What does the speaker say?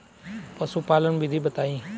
पशुपालन विधि बताई?